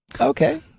Okay